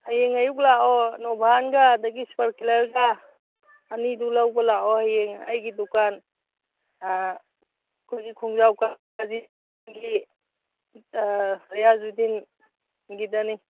ꯍꯌꯦꯡ ꯑꯌꯨꯛ ꯂꯥꯛꯑꯣ ꯅꯣꯚꯥꯟꯒ ꯑꯗꯒꯤ ꯁꯨꯄꯔ ꯀꯤꯂꯔꯒ ꯑꯅꯤꯗꯨ ꯂꯧꯕ ꯂꯥꯛꯑꯣ ꯑꯩꯒꯤ ꯗꯨꯀꯥꯟ ꯑꯩꯈꯣꯏꯒꯤ ꯔꯤꯌꯥꯖꯔꯨꯗꯗꯤꯟꯒꯤꯗꯅꯤ